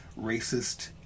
racist